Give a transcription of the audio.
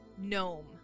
gnome